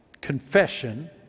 confession